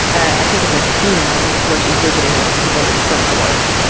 i think it's a casino where she's visiting with people from her work.